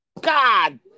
God